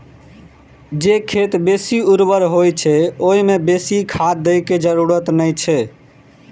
जे खेत बेसी उर्वर होइ छै, ओइ मे बेसी खाद दै के जरूरत नै छै